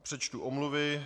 Přečtu omluvy.